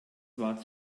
war